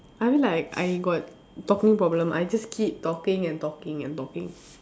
I mean like I got talking problem I just keep talking and talking and talking